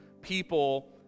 people